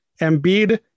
Embiid